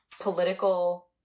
political